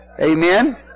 Amen